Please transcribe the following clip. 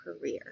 career